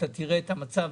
אתה תראה את המצב,